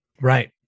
Right